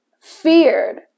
feared